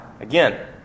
Again